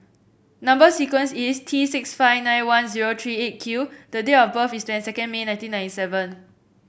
number sequence is T six five nine one zero three Eight Q the date of birth is twenty second May nineteen ninety seven